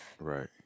Right